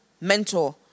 mentor